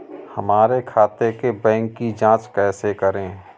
हमारे खाते के बैंक की जाँच कैसे करें?